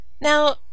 Now